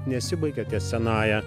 nesibaigia ties senąja